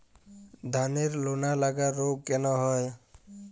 ধানের লোনা লাগা রোগ কেন হয়?